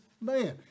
man